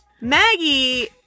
Maggie